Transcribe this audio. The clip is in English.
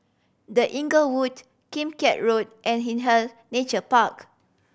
The Inglewood Kim Keat Road and Hindhede Nature Park